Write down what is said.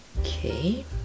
Okay